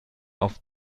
auf